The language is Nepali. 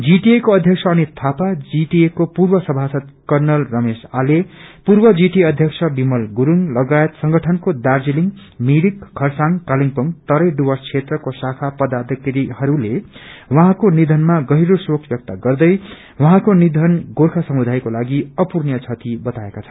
जीटिएको अध्यक्ष अनित थापा जीटिएको पूर्व सभासद कर्णल रमेश आले पुर्व जीटिए अध्यक्ष विमल गुरूङ लागायत संगइनको दार्जीलिङ मिरिक खरसाङ कालेबुङ तराई डुर्वस क्षेत्रको शाखा पदायिकारीहरूले उहौ निषनमा गहिरो शोक व्यक्त गर्दै गोर्खासमुदायको लागि अपुरणीय क्षति बताएका छन्